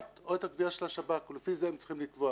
או את הקביעה של השב"כ ולפי זה הם צריכים לקבוע,